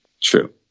True